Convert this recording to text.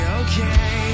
okay